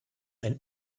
ein